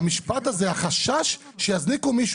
המשפט הזה, החשש שיזניקו מישהו.